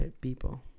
people